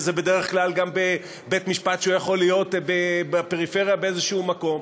וזה בדרך כלל גם בבית-משפט שיכול להיות בפריפריה באיזה מקום,